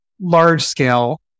large-scale